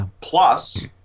plus